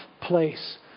place